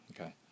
Okay